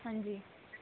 ਹਾਂਜੀ